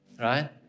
Right